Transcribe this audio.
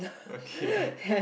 okay